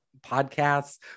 podcasts